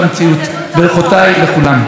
תודה רבה לחבר הכנסת יהודה גליק.